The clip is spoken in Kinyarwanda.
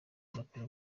umuraperi